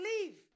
leave